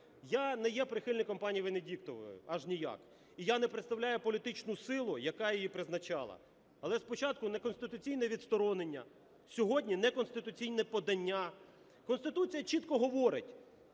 Я не є прихильником пані Венедіктової аж ніяк і я не представляю політичну силу, яка її призначала. Але спочатку неконституційне відсторонення, сьогодні неконституційне подання. Конституція чітко говорить,